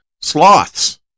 sloths